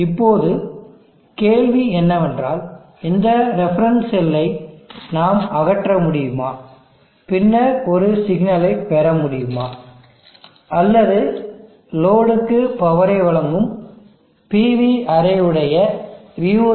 இப்போது கேள்வி என்னவென்றால் இந்த ரெஃபரன்ஸ் செல்லை நாம் அகற்ற முடியுமா பின்னர் ஒரு சிக்னலை பெற முடியுமா அல்லது லோடுக்கு பவரை வழங்கும் PV அரே உடைய voc